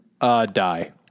Die